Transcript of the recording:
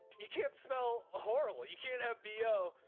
you can't smell horrible. you can't have b o.